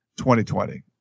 2020